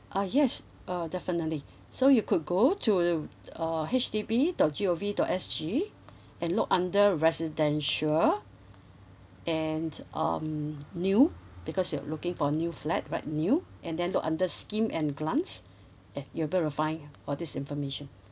ah yes uh definitely so you could go to uh H D B dot G O V dot S G and look under residential and um new because you're looking for new flat write new and then look under scheme and grants eh you'll be able to find for this information